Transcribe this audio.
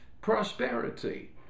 prosperity